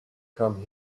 come